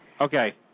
Okay